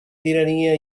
tirania